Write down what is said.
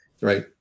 right